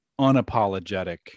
unapologetic